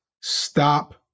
stop